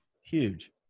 Huge